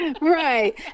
Right